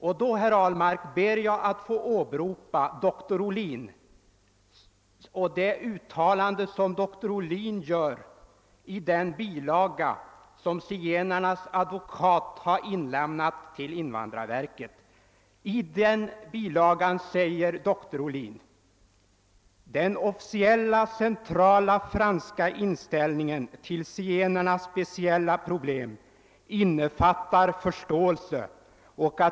Jag ber, herr Ahlmark, att få åberopa doktor Robert Olin och det uttalande som han gör i den bilaga som zigenarnas advokat har inlämnat till invandrarverket. Doktor Olin säger där: »Den officiella, centrala franska inställningen till zigenarnas speciella problem innefattar förståelse.